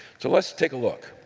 so let's take a look.